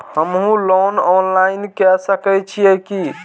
हमू loan online के सके छीये की?